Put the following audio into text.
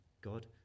God